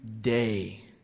day